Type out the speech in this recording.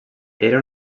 era